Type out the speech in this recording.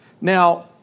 Now